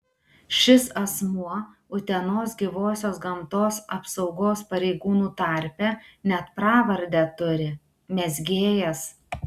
šis asmuo utenos gyvosios gamtos apsaugos pareigūnų tarpe net pravardę turi mezgėjas